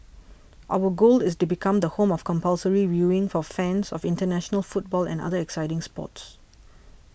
our goal is to become the home of compulsory viewing for fans of international football and other exciting sports